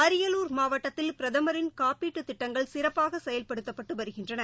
அரியலூர் மாவட்டத்தில் பிரதமரின் காப்பீட்டுத் திட்டங்கள் சிறப்பாகசெயல்படுத்தப்பட்டுவருகின்றன